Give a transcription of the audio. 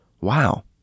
wow